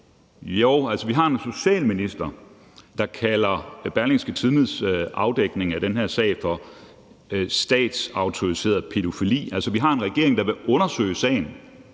Jo altså, vi har en socialminister, der kalder den her sag for Berlingskes afdækning af statsautoriseret pædofili. Altså, vi har en regering, der vil undersøge sagen.